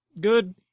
good